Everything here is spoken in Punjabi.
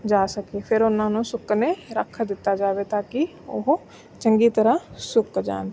ਜਾ ਸਕੇ ਫੇਰ ਉਹਨਾਂ ਨੂੰ ਸੁੱਕਨ ਰੱਖ ਦਿੱਤਾ ਜਾਵੇ ਤਾਂ ਕਿ ਉਹ ਚੰਗੀ ਤਰ੍ਹਾਂ ਸੁੱਕ ਜਾਣ